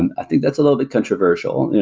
and i think that's a little bit controversial.